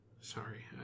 Sorry